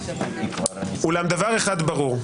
אולם דבר אחד ברור,